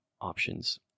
options